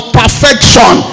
perfection